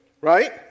right